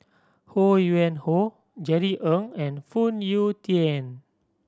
Ho Yuen Hoe Jerry Ng and Phoon Yew Tien